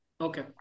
Okay